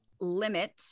limit